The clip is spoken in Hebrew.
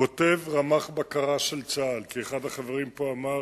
כותב רמ"ח בקרה של צה"ל, כי אחד החברים פה אמר